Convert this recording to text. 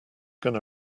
gonna